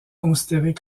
considérées